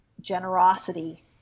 generosity